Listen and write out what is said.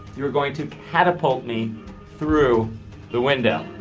you are going to catapult me through the window.